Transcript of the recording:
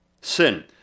sin